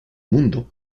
mundo